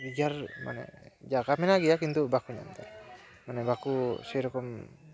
ᱨᱤᱡᱮᱨ ᱢᱟᱱᱮ ᱡᱟᱭᱜᱟ ᱢᱮᱱᱟᱜ ᱜᱮᱭᱟ ᱠᱤᱱᱛᱩ ᱵᱟᱠᱚ ᱧᱟᱢᱫᱟ ᱢᱟᱱᱮ ᱵᱟᱠᱚ ᱥᱮᱨᱚᱠᱚᱢ